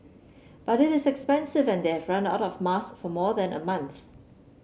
but it is expensive and they out of mask for more than a month